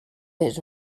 his